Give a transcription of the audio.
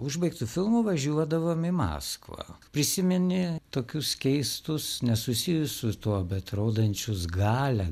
užbaigtu filmu važiuodavom į maskvą prisiminė tokius keistus nesusijusius su tuo bet rodančius galią